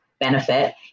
benefit